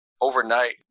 overnight